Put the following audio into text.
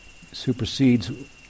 supersedes